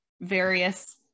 various